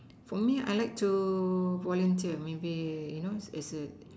for me I like to volunteer maybe you know as it